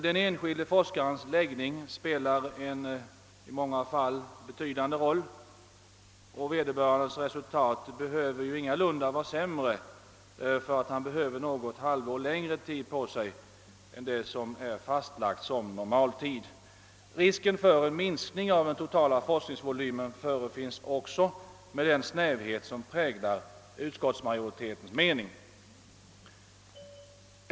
Den enskilde forskarens läggning spelar i många fall en stor roll, och vederbörandes resultat behöver ingalunda vara sämre för att han använder något halvår längre tid än vad som är fastlagt som normaltid. Risk för en minskning av den totala forskningsvolymen finns också med den snävhet som präglar utskottets skrivning.